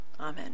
Amen